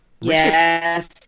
Yes